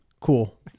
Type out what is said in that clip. Cool